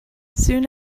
soon